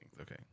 okay